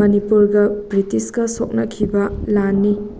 ꯃꯅꯤꯄꯨꯔꯒ ꯕ꯭ꯔꯤꯇꯤꯁꯀ ꯁꯣꯛꯅꯈꯤꯕ ꯂꯥꯟꯅꯤ